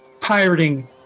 pirating